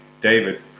David